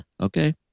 okay